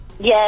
yes